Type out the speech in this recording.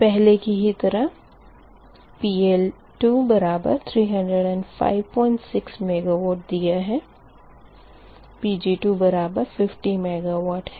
पहले की ही तरह PL2 बराबर 3056 मेगावाट दिया है Pg2 बराबर 50 मेगावाट है